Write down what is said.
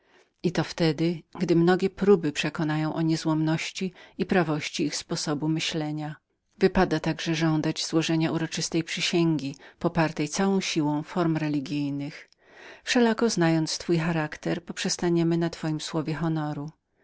i to wtedy gdy mnogie próby przekonają o niezłomności i prawości ich sposobu myślenia wypada także żądać złożenia uroczystej przysięgi popartej całą siłą form religijnych wszelako znając twój charakter poprzestaniemy na twojem słowie honoru